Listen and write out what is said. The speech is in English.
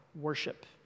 worship